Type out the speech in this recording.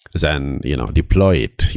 then you know deploy it.